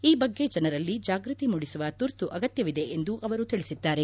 ಈ ಬಗ್ಗೆ ಜನರಲ್ಲಿ ಜಾಗೃತಿ ಮೂಡಿಸುವ ತುರ್ತು ಅಗತ್ಯವಿದೆ ಎಂದೂ ಅವರು ತಿಳಿಸಿದ್ದಾರೆ